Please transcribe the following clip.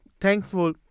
thankful